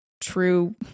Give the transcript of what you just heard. true